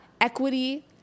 equity